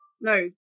no